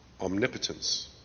Omnipotence